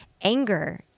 anger